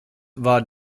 war